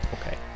Okay